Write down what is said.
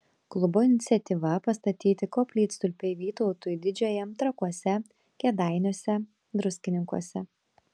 klubo iniciatyva pastatyti koplytstulpiai vytautui didžiajam trakuose kėdainiuose druskininkuose